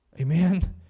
Amen